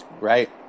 Right